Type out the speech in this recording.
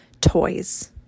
toys